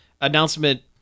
announcement